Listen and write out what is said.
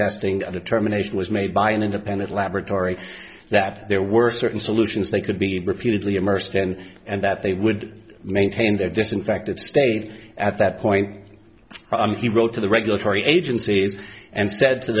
testing determination was made by an independent laboratory that there were certain solutions they could be repeatedly immersed in and that they would maintain their disinfected stayed at that point he wrote to the regulatory agencies and said to